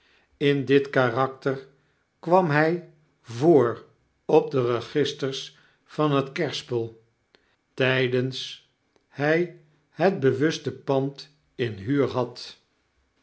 in dit karakter kwam hy voor op de registers van het kerspel tijdens hij het bewuste pand inhuurhadj men